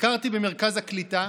ביקרתי במרכז הקליטה